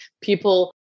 people